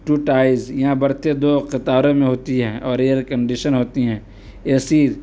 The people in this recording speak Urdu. ٹو ٹائر یہاں برتھیں دو قطاروں میں ہوتی ہیں اور ایئر کنڈیشن ہوتی ہیں اے سی